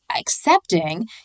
accepting